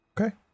Okay